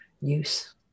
use